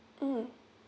mmhmm